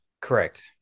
Correct